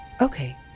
Okay